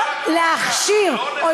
לא נחקק, לא להכשיר, רגע.